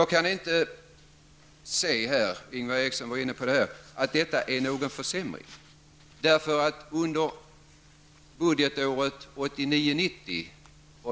Jag kan inte se att detta innebär någon försämring, vilket Ingvar Eriksson tycker.